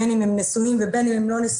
בין אם הם נשואים ובין אם הם לא נשואים,